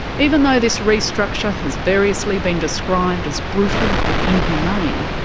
even though this restructure has variously been described as brutal and inhumane,